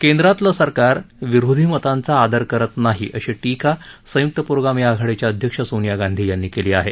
केंद्रातलं सरकार विरोधी मतांचा आदर करत नाही अशी टीका संय्क्त प्रोगामी आघाडीच्या अध्यक्ष सोनिया गांधी यांनी केली आहे